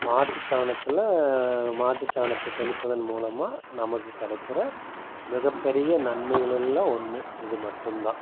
மாட்டுச் சாணத்தில் மாட்டுச் சாணத்தை தெளிப்பதன் மூலமாக நமக்கு கிடைக்கிற மிகப்பெரிய நன்மைகளில் ஒன்று இது மட்டும்தான்